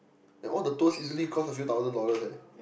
and all the tours easily cost a few thousand dollars leh